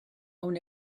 own